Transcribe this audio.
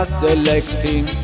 selecting